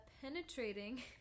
penetrating